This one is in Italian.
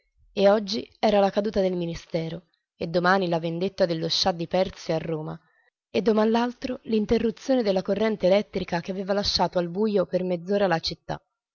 e oggi era la caduta del ministero e domani la venuta dello scià di persia a roma e doman l'altro l'interruzione della corrente elettrica che aveva lasciato al bujo per mezz'ora la città